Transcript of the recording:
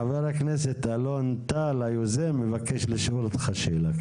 חבר הכנסת אלון טל היוזם מבקש לשאול אותך שאלה.